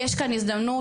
יש כאן הזדמנות.